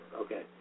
Okay